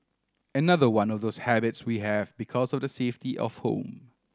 another one of those habits we have because of the safety of home